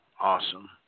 awesome